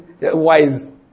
wise